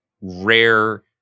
rare